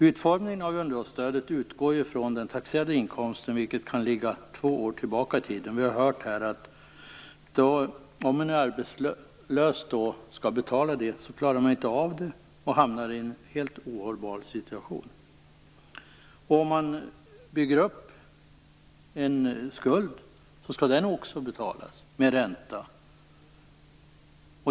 Utformningen av underhållsstödet utgår från den taxerade inkomsten, vilken kan ligga två år tillbaka i tiden. Vi har hört här att en arbetslös inte klarar av att betala det och hamnar i en helt ohållbar situation. Om man bygger upp en skuld skall också den betalas, med ränta.